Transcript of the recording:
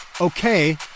Okay